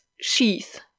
sheath